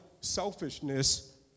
selfishness